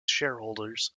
shareholders